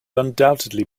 undoubtedly